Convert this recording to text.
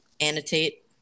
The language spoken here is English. annotate